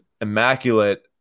Immaculate